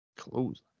Close